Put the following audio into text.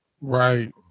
Right